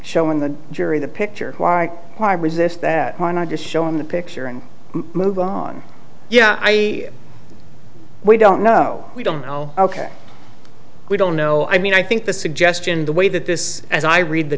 showing the jury the picture why why resist that why not just show in the picture and move on yeah i we don't know we don't know ok we don't know i mean i think the suggestion the way that this as i read the